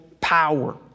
power